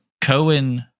Cohen